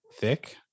thick